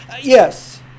yes